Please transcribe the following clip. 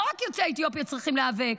לא יוצאי אתיופיה צריכים להיאבק,